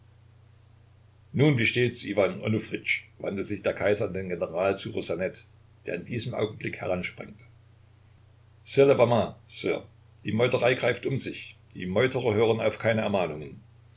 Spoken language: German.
nun wie steht's iwan onufritsch wandte sich der kaiser an den general ssuchosanet der in diesem augenblick heransprengte cela va mal sire die meuterei greift um sich die meuterer hören auf keine ermahnungen